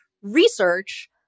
Research